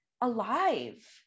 alive